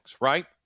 right